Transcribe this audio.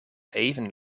even